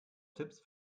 tipps